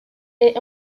est